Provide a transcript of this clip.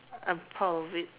I'm proud of it